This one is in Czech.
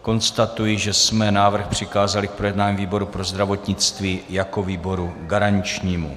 Konstatuji, že jsme návrh přikázali k projednání výboru pro zdravotnictví jako výboru garančnímu.